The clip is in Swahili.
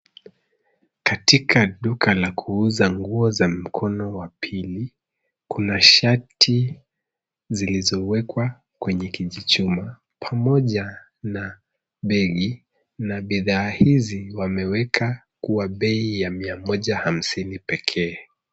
Katika duka la kuuza nguo za mkono wa pili, kuna shati ziilzowekwa kwenye kijichuma, pamoja na begi, na bidhaa hizi wameweka kuwa bei ya 150 pekee.